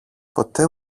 ποτέ